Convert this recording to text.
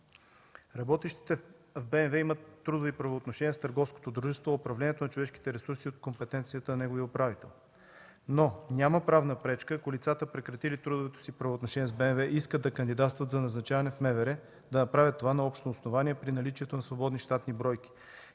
Работещите в БМВ имат трудови правоотношения с търговското дружество, а управлението на човешките ресурси е от компетенцията на неговия управител. Но няма правна пречка ако лицата, прекратили трудовите си отношения с БМВ, искат да кандидатстват за назначаване в МВР, да направят това на общо основание при наличието на свободни щатни бройки